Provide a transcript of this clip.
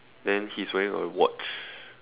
then he's wearing a watch